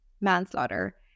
manslaughter